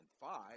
five